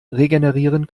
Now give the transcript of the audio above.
regenerieren